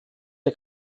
der